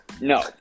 No